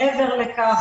מעבר לכך,